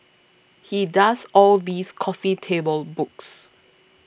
he does all these coffee table books